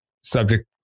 Subject